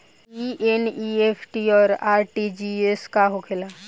ई एन.ई.एफ.टी और आर.टी.जी.एस का होखे ला?